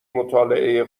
مطالعه